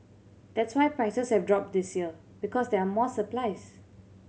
that's why prices have dropped this year because there are more supplies